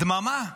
דממה.